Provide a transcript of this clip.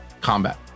combat